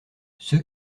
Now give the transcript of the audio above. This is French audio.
ceux